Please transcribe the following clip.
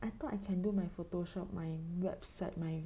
I thought I can do my Photoshop my website my